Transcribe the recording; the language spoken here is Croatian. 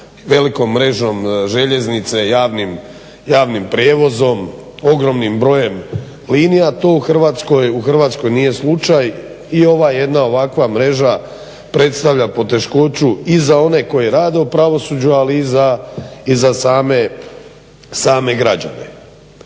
velikom mrežom željeznice, javnim prijevozom, ogromnim brojem linija. To u Hrvatskoj nije slučaj i ova jedna ovakva mreža predstavlja poteškoću i za one koji rade u pravosuđu, ali i za same građane.